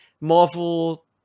marvel